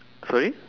sorry